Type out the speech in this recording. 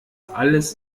alles